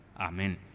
amen